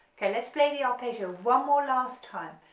okay, let's play the arpeggio one more last time,